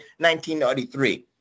1993